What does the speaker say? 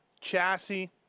chassis